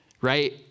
right